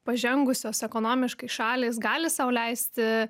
pažengusios ekonomiškai šalys gali sau leisti